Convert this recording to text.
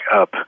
up